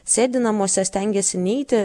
sėdi namuose stengiasi neiti